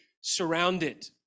surrounded